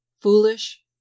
foolish